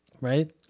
right